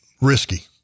risky